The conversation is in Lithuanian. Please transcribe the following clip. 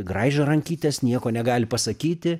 graižo rankytes nieko negali pasakyti